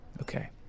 Okay